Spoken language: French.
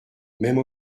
même